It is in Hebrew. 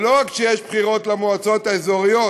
זה לא רק שיש בחירות למועצות האזוריות,